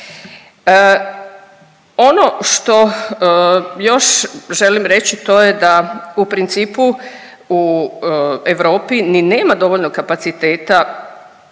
Ono što još želim reći to je da u principu u Europi ni nema dovoljno kapaciteta